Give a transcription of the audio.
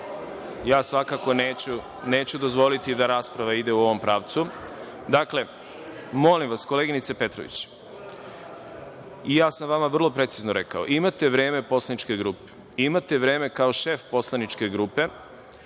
svakako neću dozvoliti da rasprava ide u ovom pravcu. Dakle, molim vas, koleginice Petrović, vrlo precizno sam vam rekao, imate vreme poslaničke grupe, imate vreme kao šef poslaničke grupe.